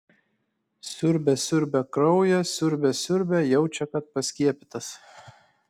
siurbia siurbia kraują siurbia siurbia jaučia kad paskiepytas